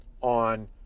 on